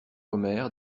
omer